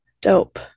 Dope